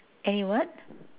any what